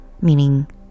meaning